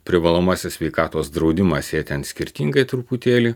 privalomasis sveikatos draudimas jie ten skirtingai truputėlį